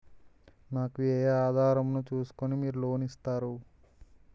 నాకు ఏ ఆధారం ను చూస్కుని మీరు లోన్ ఇస్తారు?